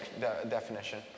definition